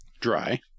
Dry